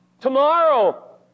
Tomorrow